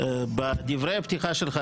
בדברי הפתיחה שלך,